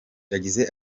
yagize